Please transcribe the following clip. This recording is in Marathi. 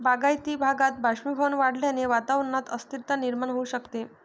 बागायती भागात बाष्पीभवन वाढल्याने वातावरणात अस्थिरता निर्माण होऊ शकते